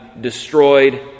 destroyed